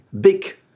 big